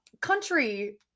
country